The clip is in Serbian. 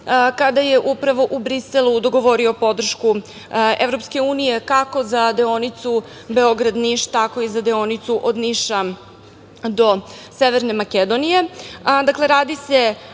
kada je upravo u Briselu dogovorio podršku EU, kako za deonicu Beograd – Niš, tako i za deonicu od Niša do Severne Makedonije. Dakle,